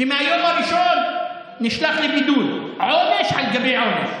שמהיום הראשון נשלח לבידוד, עונש על גבי עונש.